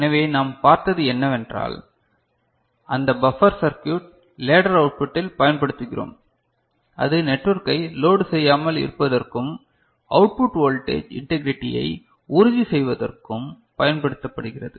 எனவே நாம் பார்த்தது என்னவென்றால் அந்த பப்பர் சர்க்யூட் லேடர் அவுட்புட்டில் பயன்படுத்துகிறோம் அது நெட்வொர்க்கை லோடு செய்யாமல் இருப்பதற்கும் அவுட்புட் வோல்டேஜ் இண்டெகிரைடியை உறுதி செய்வதற்கும் பயன்படுத்தப்படுகிறது